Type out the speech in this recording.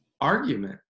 argument